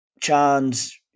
Chance